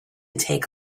take